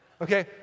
Okay